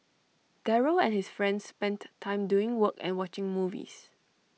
Daryl and his friends spent time doing work and watching movies